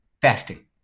fasting